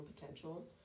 potential